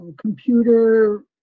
computer